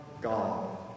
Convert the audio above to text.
God